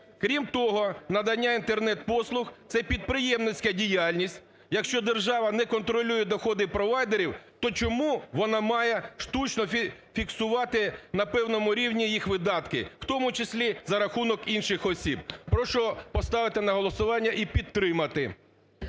Крім того, надання інтернет послуг – це підприємницька діяльність. Якщо держава не контролює доходи провайдерів, то чому вона має штучно фіксувати на певному рівні їх видатки, у тому числі за рахунок інших осіб. Прошу поставити на голосування і підтримати.